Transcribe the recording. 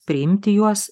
priimti juos